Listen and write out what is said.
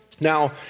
Now